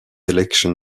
election